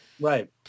right